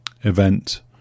event